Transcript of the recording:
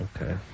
okay